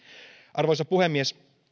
arvoisa puhemies